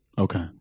okay